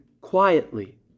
quietly